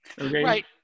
Right